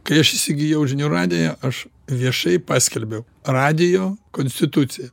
kai aš įsigijau žinių radiją aš viešai paskelbiau radijo konstituciją